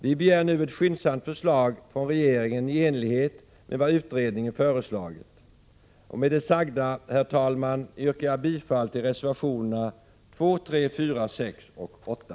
Vi begär nu ett skyndsamt förslag från regeringen i enlighet med vad utredningen föreslagit. Med det sagda yrkar jag bifall till reservationerna 2, 3, 4, 6 och 8.